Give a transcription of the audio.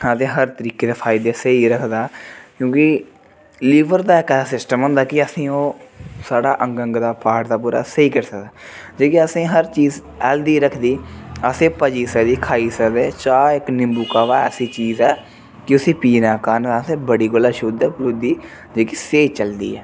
आखदे हर तरीके दे फायदे स्हेई रखदा क्योंकि लीवर दा इक ऐसा सिस्टम होंदा के असेंगी ओह् साढ़ा अंग अंग दा पार्ट दा पूरा स्हेई करी सकदा जियां असें हर चीज़ हैल्दी रखदी असें पची सकदी खाई सकदे चाह् इक नींबू काह्वा ऐसी चीज़ ऐ कि उसी पीने कारण असें बड़ी कोला शुद्ध बुद्धि जेह्की स्हेई चलदी ऐ